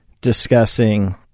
discussing